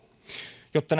jotta